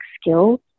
skills